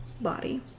body